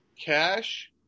cash